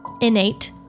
innate